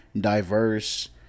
diverse